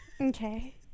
Okay